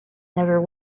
never